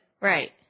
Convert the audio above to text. Right